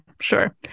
sure